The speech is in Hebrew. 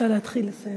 בבקשה להתחיל לסיים.